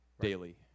daily